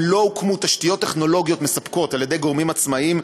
אם לא הוקמו תשתיות טכנולוגיות מספקות על-ידי גורמים עצמאיים,